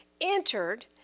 entered